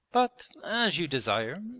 but, as you desire,